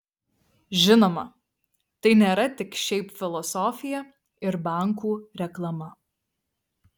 žinoma tai nėra tik šiaip filosofija ir bankų reklama